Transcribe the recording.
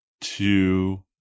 two